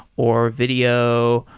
or video,